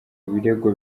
ibirego